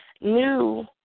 new